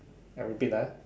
I repeat ah